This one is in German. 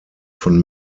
von